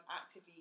actively